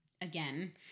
again